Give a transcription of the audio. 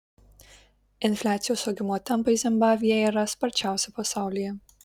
infliacijos augimo tempai zimbabvėje yra sparčiausi pasaulyje